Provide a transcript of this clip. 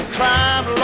crime